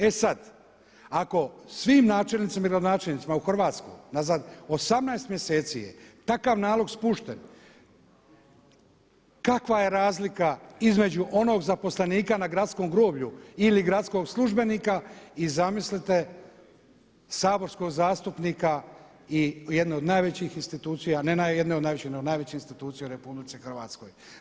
E sad, ako svim načelnicima i gradonačelnicima u Hrvatskoj unazad 18 mjeseci je takav nalog spušten kakva je razlika između onog zaposlenika na gradskom groblju ili gradskog službenika i zamislite saborskog zastupnika i jedne od najvećih institucija, ne jedne od najvećih nego najveće institucije u Republici Hrvatskoj.